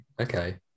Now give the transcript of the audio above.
okay